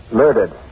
murdered